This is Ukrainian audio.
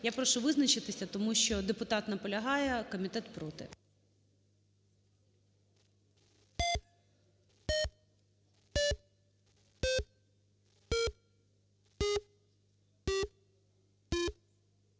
Я прошу визначитися, тому що депутат наполягає, а комітет проти.